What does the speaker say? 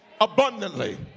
abundantly